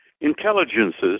intelligences